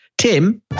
Tim